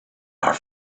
are